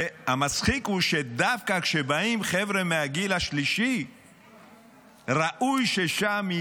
והמצחיק הוא שדווקא כשבאים חבר'ה מהגיל השלישי ראוי שיהיה